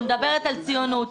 שמדברת על ציונות,